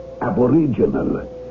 aboriginal